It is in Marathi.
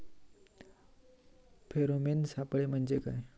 फेरोमेन सापळे म्हंजे काय?